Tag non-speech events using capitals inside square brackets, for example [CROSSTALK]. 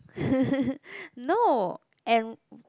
[LAUGHS] no and